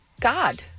God